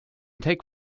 take